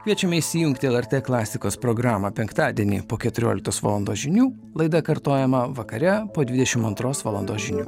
kviečiame įsijungti lrt klasikos programą penktadienį po keturioliktos valandos žinių laida kartojama vakare po dvidešimt antros valandos žinių